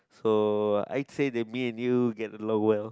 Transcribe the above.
so I say that me and you get along well